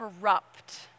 corrupt